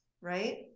right